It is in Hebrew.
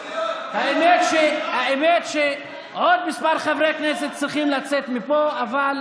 האמת שעוד מספר חברי כנסת צריכים לצאת מפה, אבל